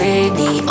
Baby